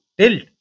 tilt